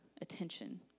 attention